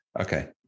Okay